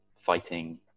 fighting